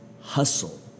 hustle